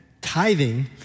tithing